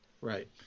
Right